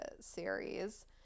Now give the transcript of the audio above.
series